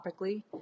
topically